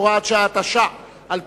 הוראת שעה),